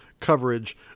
coverage